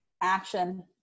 action